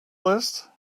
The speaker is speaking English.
list